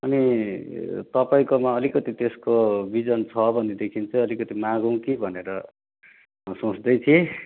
अनि तपाईँकोमा अलिकति त्यसको बिजन छ भनेदेखिन् चाहिँ अलिकति मागूँ कि भनेर सोच्दै थिएँ